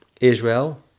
Israel